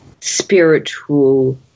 spiritual